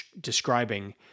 describing